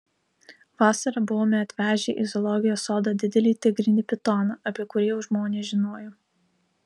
vasarą buvome atvežę į zoologijos sodą didelį tigrinį pitoną apie kurį jau žmonės žinojo